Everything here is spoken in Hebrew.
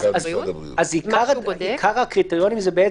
מה שהוא בודק --- אז עיקר הקריטריונים זה לא